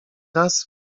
raz